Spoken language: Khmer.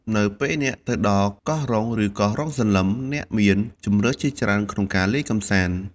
នៅពេលអ្នកទៅដល់កោះរ៉ុង ឬកោះរ៉ុងសន្លឹម អ្នកមានជម្រើសជាច្រើនក្នុងការលេងកម្សាន្ត។